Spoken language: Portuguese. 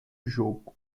jogo